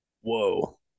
Whoa